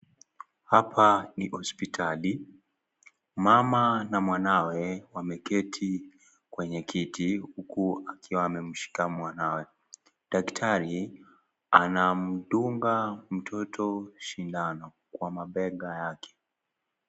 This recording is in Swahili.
Hapa ni hospitali. Mama na mwanawe, wameketi kwenye kiti, huku akiwa ameshika mwanawe. Daktari, anamdumga mtoto sindano, kwa mabega yake.